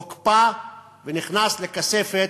הוקפא ונכנס לכספת,